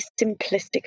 simplistic